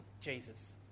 Jesus